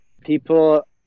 people